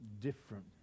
different